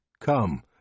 come